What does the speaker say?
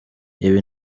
ibi